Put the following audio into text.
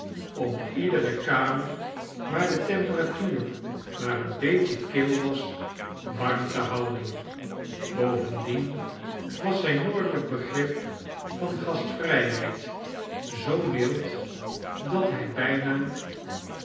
om iedere lamer waar de temperatuur maar een beetje kil was warm te houden bovendien was zijn noordelyk begrip van gastvryheid zoo mild dat hy byna